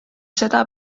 seda